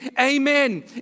Amen